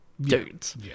dudes